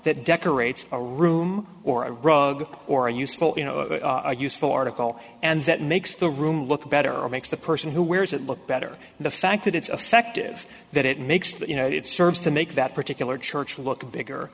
that decorates a room or a rug or a useful useful article and that makes the room look better or makes the person who wears it look better the fact that it's effective that it makes you know it serves to make that particular church look bigger